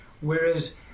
whereas